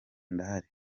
ndahari